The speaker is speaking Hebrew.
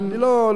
אני לא מזייף.